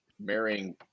marrying